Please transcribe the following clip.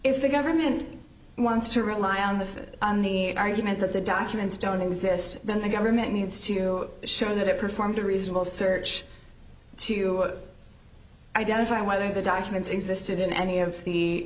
if the government wants to rely on the fifth on the argument that the documents don't exist then the government needs to show that it performed a reasonable search to identify whether the documents existed in any of the